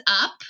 up